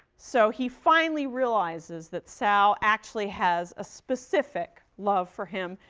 so, he finally realizes that sal actually has a specific love for him,